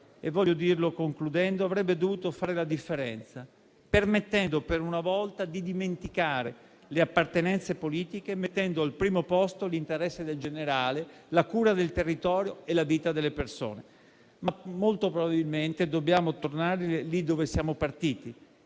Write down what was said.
- voglio dirlo, concludendo - avrebbe dovuto fare la differenza, permettendo per una volta di dimenticare le appartenenze politiche, mettendo al primo posto l'interesse generale, la cura del territorio e la vita delle persone. Molto probabilmente dobbiamo però tornare lì dove siamo partiti: